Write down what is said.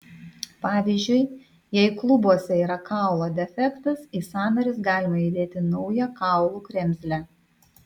pavyzdžiui jei klubuose yra kaulo defektas į sąnarius galima įdėti naują kaulų kremzlę